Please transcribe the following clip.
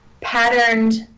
patterned